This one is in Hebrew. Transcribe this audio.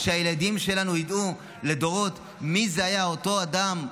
אבל שהילדים שלנו ידעו לדורות מי היה אותו אדם,